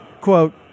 quote